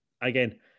again